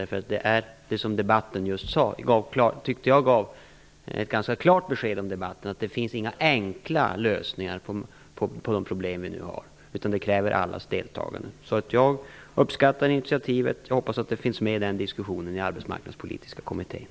Det finns, vilket jag tyckte debatten gav ganska klart besked om, inte några enkla lösningar på problemen. Därför krävs det att alla deltar. Jag uppskattar initiativet och hoppas att det finns med i diskussionen i arbetsmarknadspolitiska kommittén.